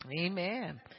Amen